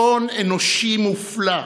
הון אנושי מופלא,